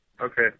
Okay